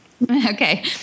Okay